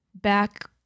back